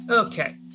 Okay